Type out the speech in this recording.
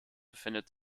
befindet